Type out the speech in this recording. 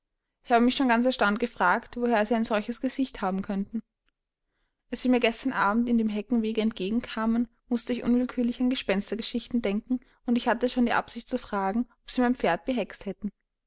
ich habe mich schon ganz erstaunt gefragt woher sie ein solches gesicht haben könnten als sie mir gestern abend in dem heckenwege entgegen kamen mußte ich unwillkürlich an gespenstergeschichten denken und ich hatte schon die absicht zu fragen ob sie mein pferd behext hätten